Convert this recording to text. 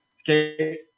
okay